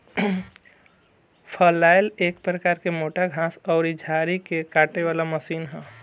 फलैल एक प्रकार के मोटा घास अउरी झाड़ी के काटे वाला मशीन ह